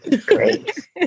great